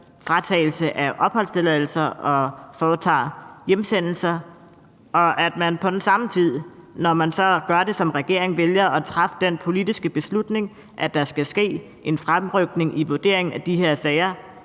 fratagelse af opholdstilladelser og foretager hjemsendelser, og at man på den anden side gør det, som regeringen vælger at gøre, nemlig at træffe den politiske beslutning, at der skal ske en fremrykning i vurderingen af de her sager,